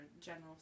general